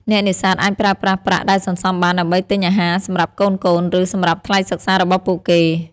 អ្នកនេសាទអាចប្រើប្រាស់ប្រាក់ដែលសន្សំបានដើម្បីទិញអាហារសម្រាប់កូនៗ ឬសម្រាប់ថ្លៃសិក្សារបស់ពួកគេ។